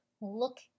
look